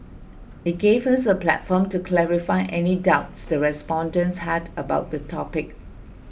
it gave us a platform to clarify any doubts the respondents had about the topic